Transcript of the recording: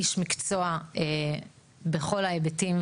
איש מקצוע בכל ההיבטים,